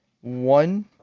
one